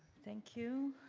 thank you.